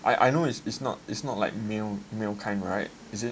I know it's it's not it's not like meal meal kind right is it